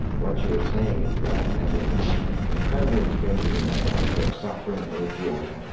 what you are saying is that i've had these incredible experiences in my life of suffering or joy,